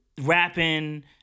rapping